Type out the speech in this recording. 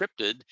encrypted